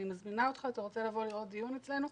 אני מזמינה אותך לבוא לראות דיון אצלנו,